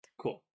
Cool